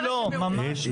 לא, ממש לא, ממש לא.